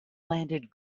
landed